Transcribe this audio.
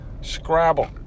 Scrabble